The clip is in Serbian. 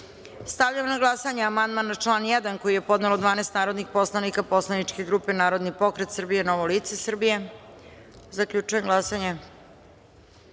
na glasanje amandman na član 1. koji je podnelo 12 narodnih poslanika poslaničke grupe Narodne pokret Srbije – Novo lice Srbije. Zaključujem glasanje. Niko